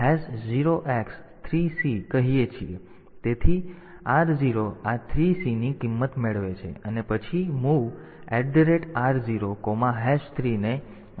તેથી r0 આ 3C ની કિંમત મેળવે છે અને પછી MOV r03 ને આપણે વેલ્યુ 3 મુકી રહ્યા છીએ